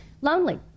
lonely